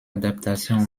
adaptations